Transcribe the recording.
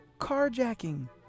carjacking